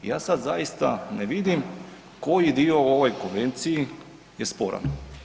I ja sad zaista ne vidim koji dio u ovoj konvenciji je sporan.